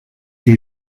des